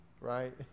right